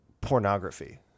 pornography